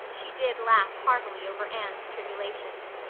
she did laugh heartily over anne's tribulations.